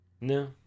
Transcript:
No